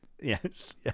Yes